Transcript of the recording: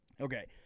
Okay